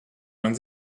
man